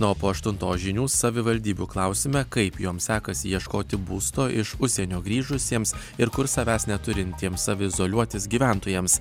na o po aštuntos žinių savivaldybių klausime kaip joms sekasi ieškoti būsto iš užsienio grįžusiems ir kur savęs neturintiems saviizoliuotis gyventojams